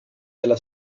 della